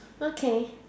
okay